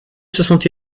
soixante